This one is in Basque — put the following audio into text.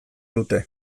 dute